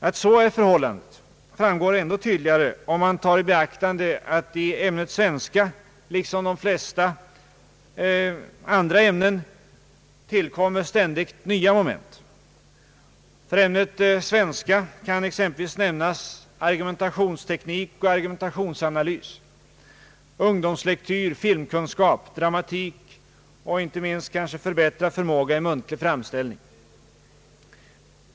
Att så är förhållandet framgår ändå tydligare, om man tar i beaktande att i ämnet svenska — liksom i de flesta andra ämnen — tillkommer ständigt nya moment. För ämnet svenska kan exempelvis nämnas argumentationsteknik och argumentationsanalys, ungdomslektyr, filmkunskap, dramatik och inte minst förbättrad förmåga i muntlig framställning.